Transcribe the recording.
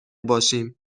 باشیم